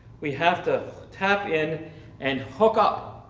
we have to tap in and hook up